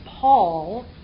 Paul